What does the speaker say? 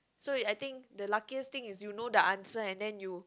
so you I think the luckiest thing is you know the answer and then you